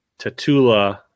Tatula